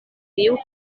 diu